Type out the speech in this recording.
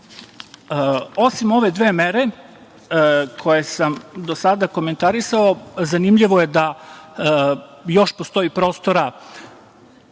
ove dve mere koje sam do sada komentarisao zanimljivo je da još postoji prostora